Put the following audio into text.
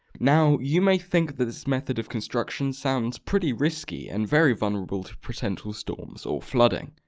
now, you may think that this method of construction sounds pretty risky and very vulnerable to potential storms or flooding.